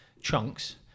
chunks